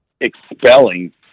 expelling